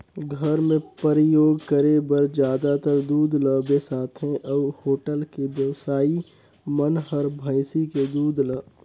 घर मे परियोग करे बर जादातर दूद ल बेसाथे अउ होटल के बेवसाइ मन हर भइसी के दूद ल